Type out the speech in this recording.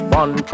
one